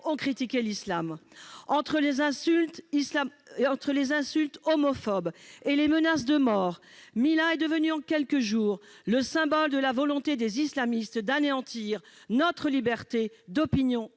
ont critiqué l'islam. Entre les insultes homophobes et les menaces de mort, Mila est devenue en quelques jours le symbole de la volonté des islamistes d'anéantir notre liberté d'opinion